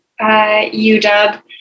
UW